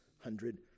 hundred